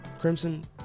Crimson